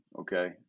okay